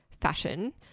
fashion